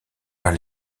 vers